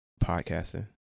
Podcasting